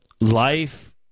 life